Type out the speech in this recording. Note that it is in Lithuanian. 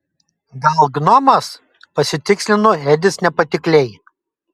gal gnomas pasitikslino edis nepatikliai